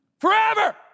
Forever